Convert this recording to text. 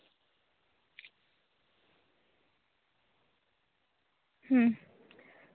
ᱦᱩᱸ